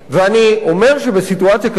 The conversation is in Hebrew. ואני אומר שבסיטואציה כזו,